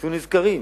יצאו נשכרים.